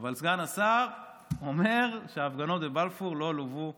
אבל סגן השר אומר שההפגנות בבלפור לא לווו